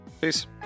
Peace